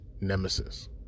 nemesis